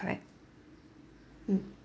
correct mm